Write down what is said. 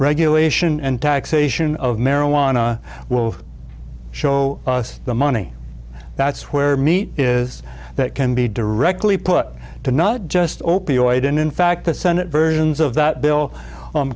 regulation and taxation of marijuana will show us the money that's where meat is that can be directly put to not just opioid and in fact the senate versions of that bill